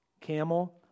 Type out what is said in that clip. Camel